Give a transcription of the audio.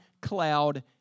cloud